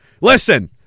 Listen